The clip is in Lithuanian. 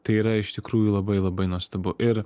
tai yra iš tikrųjų labai labai nuostabu ir